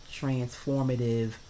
transformative